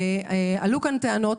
עלו כאן טענות,